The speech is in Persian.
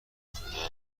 خونه